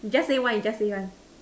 just say one just say one